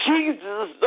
Jesus